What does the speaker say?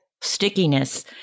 Stickiness